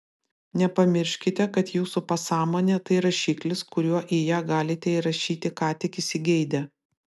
nepamirškite kad jūsų pasąmonė tai rašiklis kuriuo į ją galite įrašyti ką tik įsigeidę